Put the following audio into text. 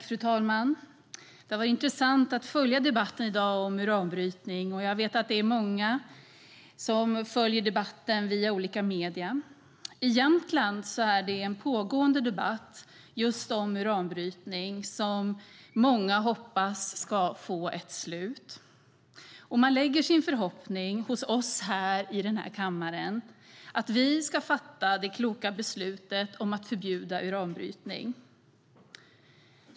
Fru talman! Det har varit intressant att följa debatten om uranbrytning. Jag vet att många följer debatten via olika medier. Egentligen är det en pågående debatt om just uranbrytning, som många hoppas ska få ett slut. Man sätter sin förhoppning till oss i denna kammare, att vi ska fatta det kloka beslutet att förbjuda uranbrytning.